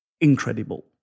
incredible